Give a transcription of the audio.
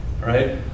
right